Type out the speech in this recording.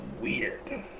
weird